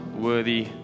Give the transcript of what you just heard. worthy